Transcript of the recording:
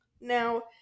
Now